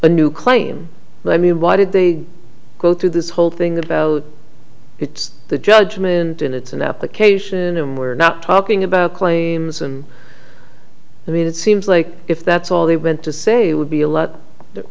a new claim but i mean why did they go through this whole thing about it's the judgment and it's an application and we're not talking about claims and i mean it seems like if that's all they went to say would be a